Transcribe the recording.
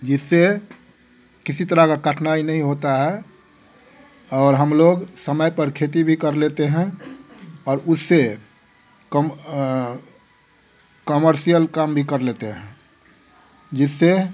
जिससे किसी तरह का कठनाई नहीं होता है और हम लोग समय पर खेती भी कर लेते हैं और उससे कम कॉमर्सियाल काम भी कर लेते हैं जिससे